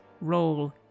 roll